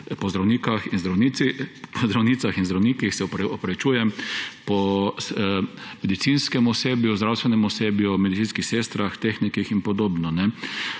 po zdravnicah in zdravnikih, po medicinskem osebju, zdravstvenem osebju, medicinskih sestrah, tehnikih in podobno.